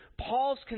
Paul's